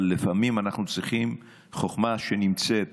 אבל לפעמים אנחנו צריכים חוכמה שנמצאת